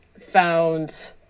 found